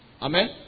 Amen